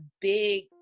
big